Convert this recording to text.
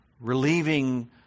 Relieving